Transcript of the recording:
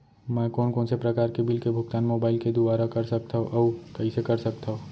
मैं कोन कोन से प्रकार के बिल के भुगतान मोबाईल के दुवारा कर सकथव अऊ कइसे कर सकथव?